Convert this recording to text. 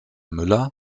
müller